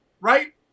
right